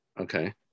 okay